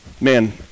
man